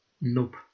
nope